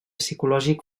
psicològic